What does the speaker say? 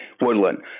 Woodland